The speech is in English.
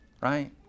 Right